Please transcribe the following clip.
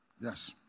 Yes